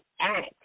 act